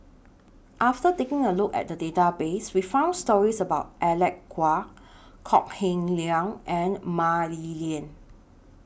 after taking A Look At The Database We found stories about Alec Kuok Kok Heng Leun and Mah Li Lian